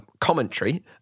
commentary